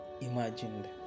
imagined